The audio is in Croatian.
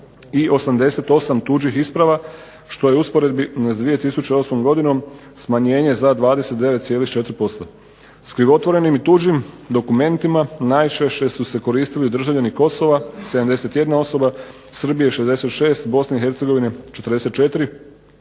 i 88 tuđih isprava što je u usporedbi sa 2008. godinom smanjenje za 29,4%. S krivotvorenim i tuđim dokumentima najčešće su se koristili državljani Kosova 71 osoba, Srbije 66, Bosne i Hercegovine 44,